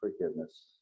forgiveness